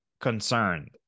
concerned